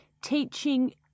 teaching